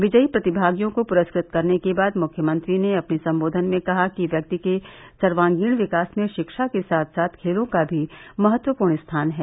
विजयी प्रतिमागियों को पुरस्कृत करने के बाद मुख्यमंत्री ने अपने सम्बोधन में कहा कि व्यक्ति के सर्वगीण विकास में शिक्षा के साथ साथ खेलों का भी महत्वपूर्ण स्थान है